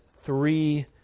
three